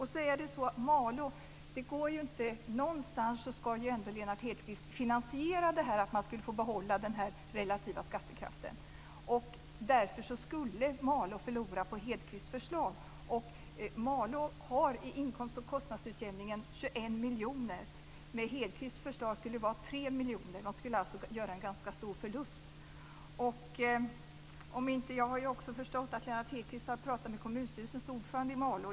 När det sedan gäller Malå ska ju Lennart Hedquist någonstans ändå finansiera detta med att man skulle få behålla den relativa ökningen av skattekraften. Därför skulle Malå förlora på Hedquists förslag. Malå har i inkomst och kostnadsutjämningen 21 miljoner. Med Hedquists förslag skulle det bli 3 miljoner. Man skulle alltså göra en ganska stor förlust. Jag har också förstått att Lennart Hedquist har pratat med kommunstyrelsens ordförande i Malå.